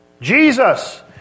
Jesus